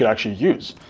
actually use.